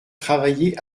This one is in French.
travaillé